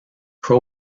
pro